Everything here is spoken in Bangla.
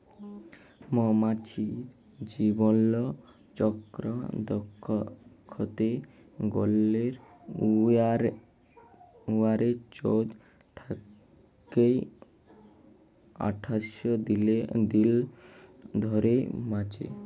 মমাছির জীবলচক্কর দ্যাইখতে গ্যালে উয়ারা চোদ্দ থ্যাইকে আঠাশ দিল ধইরে বাঁচে